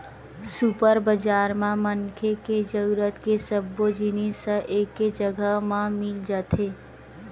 super बजार म मनखे के जरूरत के सब्बो जिनिस ह एके जघा म मिल जाथे